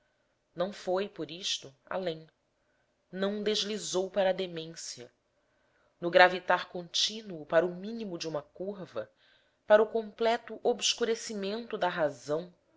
não foi por isto além não deslizou para a demência no gravitar contínuo para o mínimo de uma curva para o completo obscurecimento da razão